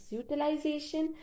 utilization